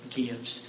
gives